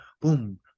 boom